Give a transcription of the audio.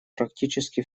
практически